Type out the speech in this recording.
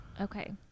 Okay